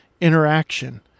interaction